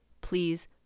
please